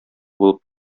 булып